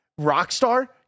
Rockstar